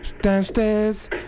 downstairs